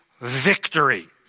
victory